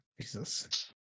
Jesus